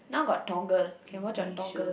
now got toggle can watch on Toggle